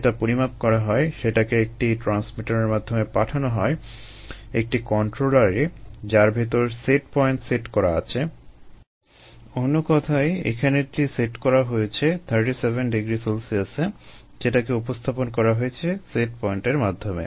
যেটা পরিমাপ করা হয় সেটাকে একটি ট্রান্সমিটারের মাধ্যমে পাঠানো হয় একটি কন্ট্রোলারে যার ভেতর সেট পয়েন্ট সেট করা আছে অন্য কথায় এখানে এটি সেট করা হয়েছে 37 ºC এ যেটাকে উপস্থাপন করা হয়েছে সেট পয়েন্টের মাধ্যমে